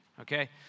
okay